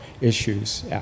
issues